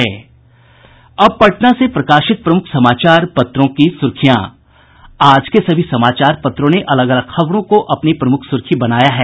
अब पटना से प्रकाशित प्रमुख समाचार पत्रों की सुर्खियां आज के सभी समाचार पत्रों ने अलग अलग खबरों को अपनी प्रमुख सूर्खी बनाया है